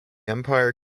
empire